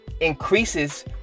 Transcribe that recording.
increases